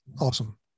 awesome